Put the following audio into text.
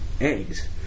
eggs